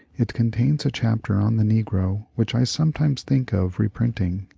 it contains a chapter on the negro which i sometimes think of reprinting,